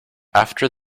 after